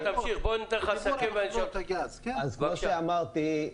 אז כמו שאמרתי,